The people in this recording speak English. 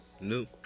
new